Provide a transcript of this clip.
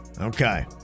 okay